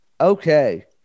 Okay